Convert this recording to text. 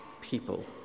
people